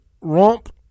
romp